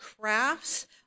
crafts